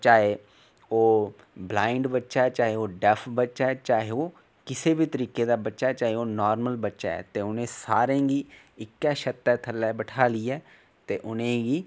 चाहे ओह् ब्लाइंड बच्चा ऐ चाहे ओह् डेफ बच्चा ऐ चाहे ओह् किसै बी तरीके दा बच्चा ऐ चाहे ओह् नॉर्मल बच्चा ऐ ते उ'नें सारेंगी इक्कै छतै थल्लै बैठालियै ते उ'नेंगी